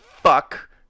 Fuck